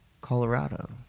Colorado